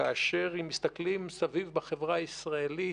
כאשר אם מסתכלים סביב בחברה הישראלית,